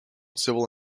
civil